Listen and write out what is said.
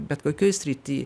bet kokioj srity